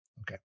Okay